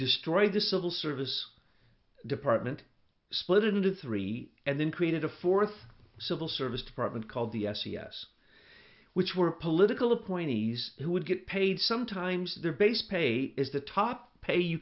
destroyed the civil service department split into three and then created a fourth civil service department called the s e s which were political appointees who would get paid sometimes their base pay is the top pay you